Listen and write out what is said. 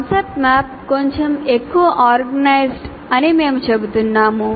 concept map కొంచెం ఎక్కువ organised అని మేము చెబుతున్నాము